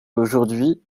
aujourd’hui